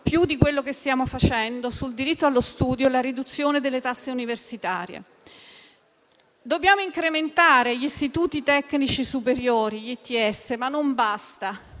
più di quello che stiamo facendo - sul diritto allo studio e la riduzione delle tasse universitarie. Dobbiamo incrementare gli istituti tecnici superiori (ITS), ma non basta;